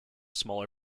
smaller